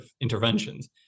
interventions